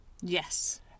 Yes